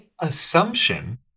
assumption